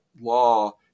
law